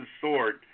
sword